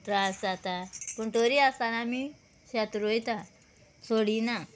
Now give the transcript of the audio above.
त्रास जाता पूण तोरी आसतना आमी शेत रोंयता सोडिना